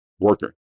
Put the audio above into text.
worker